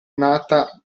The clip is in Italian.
nata